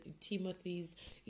Timothy's